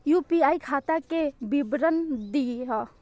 UPI खाता के विवरण दिअ?